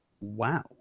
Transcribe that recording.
wow